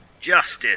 justice